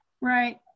Right